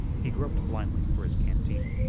he groped blindly for his canteen.